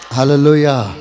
Hallelujah